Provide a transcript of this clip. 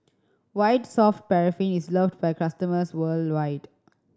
White Soft Paraffin is loved by customers worldwide